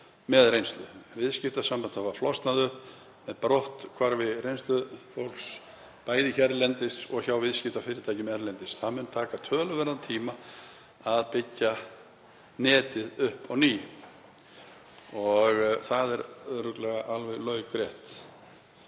með reynslu. Viðskiptasambönd hafa flosnað upp með brotthvarfi reynslufólks bæði hérlendis og hjá viðskiptafyrirtækjum erlendis. Það mun taka töluverðan tíma að byggja netið upp á ný.“ — Það er örugglega alveg laukrétt.